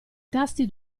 tasti